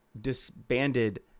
disbanded